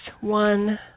one